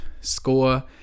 score